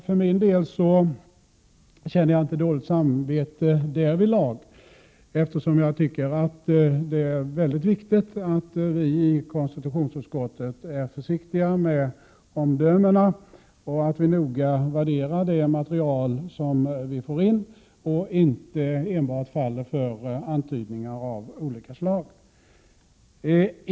För min del känner jag inte dåligt samvete därvidlag, eftersom jag tycker att det är väldigt viktigt att vi i konstitutionsutskottet är försiktiga med omdömen och att vi noga värderar det material som vi får in och inte enbart faller för antydningar av olika slag.